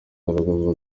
bagaragaza